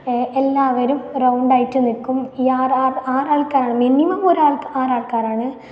എല്ലാവരും റൗണ്ടായിട്ട് നിൽക്കും ഈ ആറാൾക്കാരാണ് മിനിമം ഒരാൾക്ക് ആറ് ആൾക്കാരാണ്